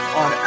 on